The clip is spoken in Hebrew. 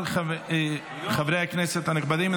חברי הכנסת הנכבדים,